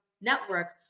network